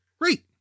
Great